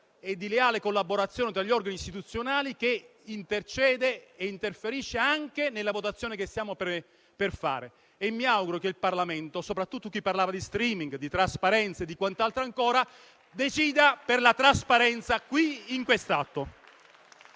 e di leale collaborazione degli organi istituzionali che interferisce anche nella votazione che stiamo per fare. Mi auguro che il Parlamento - e soprattutto chi ha parlato di *streaming*, di trasparenza e quant'altro ancora - decida per la trasparenza in quest'atto.